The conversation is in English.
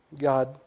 God